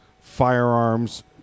firearms